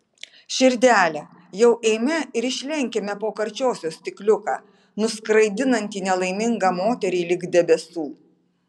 širdele jau eime ir išlenkime po karčiosios stikliuką nuskraidinantį nelaimingą moterį lig debesų